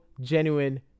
genuine